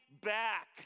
back